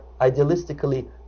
idealistically